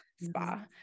Spa